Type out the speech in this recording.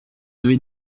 avez